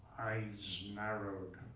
eyes narrowed